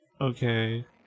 Okay